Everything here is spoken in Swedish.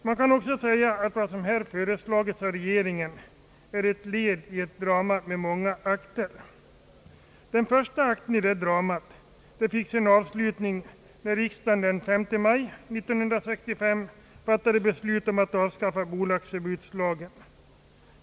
Man kan också säga att vad som föreslagits av regeringen är ett led i ett drama med många akter. Den första akten i det dramat fick sin avslutning när riksdagen den 5 maj 1965 fattade beslut om att avskaffa bolagsförbudslagen.